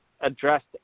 addressed